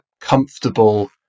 comfortable